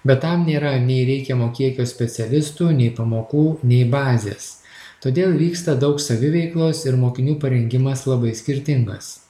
bet tam nėra nei reikiamo kiekio specialistų nei pamokų nei bazės todėl vyksta daug saviveiklos ir mokinių parengimas labai skirtingas